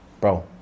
Bro